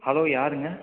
hello யாருங்க